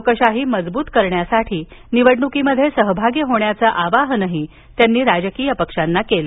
लोकशाही मजबूत करण्यासाठी निवडणुकीत सहभागी होण्याचं आवाहनही त्यांनी इथल्या राजकीय पक्षांना केलं